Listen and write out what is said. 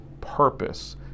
purpose